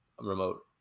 remote